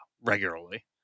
regularly